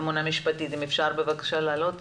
ממונה משפטית של נציבות שוויון לאנשים עם מוגבלויות,